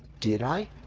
did i?